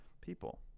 people